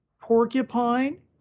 Porcupine